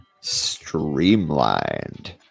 Streamlined